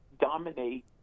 dominate